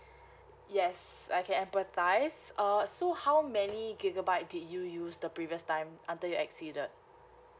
yes I can empathize err so how many gigabyte did you use the previous time until you exceeded